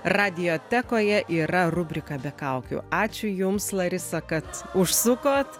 radiotekoje yra rubrika be kaukių ačiū jums larisa kad užsukot